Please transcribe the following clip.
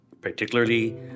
particularly